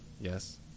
Yes